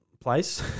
place